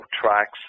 tracks